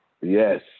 yes